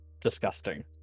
disgusting